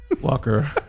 Walker